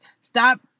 Stop